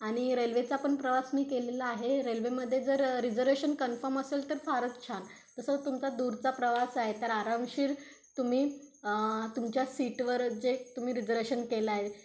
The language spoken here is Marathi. आणि रेल्वेचा पण प्रवास मी केलेला आहे रेल्वेमध्ये जर रिझर्वेशन कन्फम असेल तर फारच छान तसंच तुमचा दूरचा प्रवास आहे तर आरामशीर तुम्ही तुमच्या सीटवर जे तुम्ही रिझर्वेशन केलं आहे